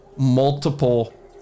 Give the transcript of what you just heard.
multiple